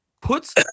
puts